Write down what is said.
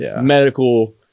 medical